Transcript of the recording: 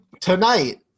tonight